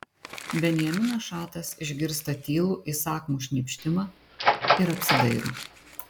benjaminas šatas išgirsta tylų įsakmų šnypštimą ir apsidairo